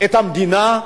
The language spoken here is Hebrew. את המדינה,